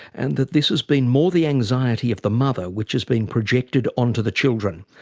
and that this has been more the anxiety of the mother which has been projected onto the children.